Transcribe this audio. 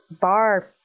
bar